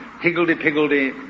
higgledy-piggledy